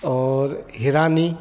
और हिरानी